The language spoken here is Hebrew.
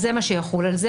אז זה מה שיחול על זה,